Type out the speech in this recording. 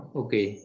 okay